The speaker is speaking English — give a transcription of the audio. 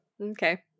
okay